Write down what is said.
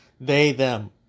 they/them